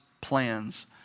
plans